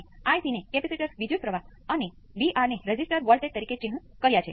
તેથી study state response પણ super પોઝિશનને અનુસરે છે